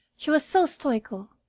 she was so stoical,